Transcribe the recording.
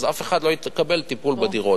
אז אף אחד לא יקבל טיפול בדירות.